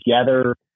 together